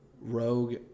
Rogue